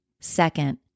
Second